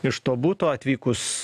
iš to buto atvykus